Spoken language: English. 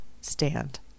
stand